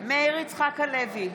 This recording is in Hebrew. מאיר יצחק הלוי,